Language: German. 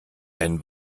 ein